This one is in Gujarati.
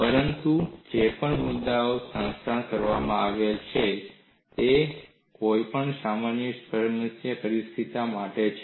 પરંતુ જે પણ મુદ્દાઓનો સારાંશ આપવામાં આવે છે તે કોઈપણ સામાન્ય સમસ્યા પરિસ્થિતિ માટે છે